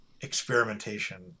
experimentation